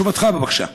תשובתך, בבקשה.